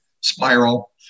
spiral